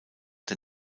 der